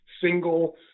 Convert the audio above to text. single